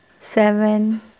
seven